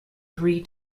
three